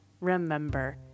Remember